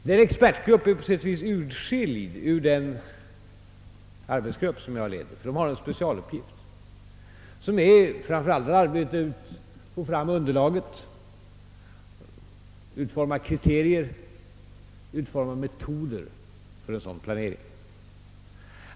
Denna expertgrupp verkar vid sidan av den arbetsgrupp jag leder och har framför allt till uppgift att få fram underlaget samt att utforma kriterierna och metoderna för en sådan planering.